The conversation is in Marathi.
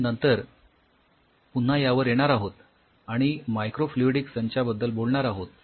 आपण नंतर पुन्हा यावर येणार आहोत आणि मायक्रो फ्लूइडिक संचाबद्दल बोलणार आहोत